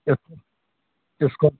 Scorpio